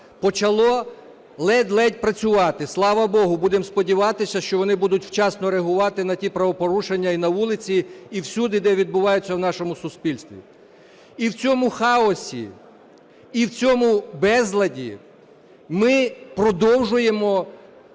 почало ледь-ледь працювати. Слава Богу, будемо сподіватися, що вони будуть вчасно реагувати на ті правопорушення і на вулиці, і всюди, де відбуваються в нашому суспільстві. І в цьому хаосі, і в цьому безладі ми продовжуємо